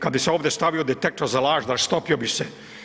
Kada bi se ovdje stavio detektor za laži rastopio bi se.